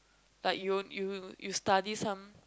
like you will you will you study some